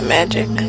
Magic